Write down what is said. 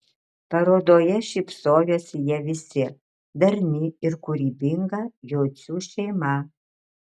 parodoje šypsojosi jie visi darni ir kūrybinga jocių šeima